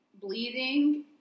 bleeding